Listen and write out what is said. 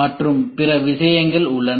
மற்றும் பிற விஷயங்கள் உள்ளன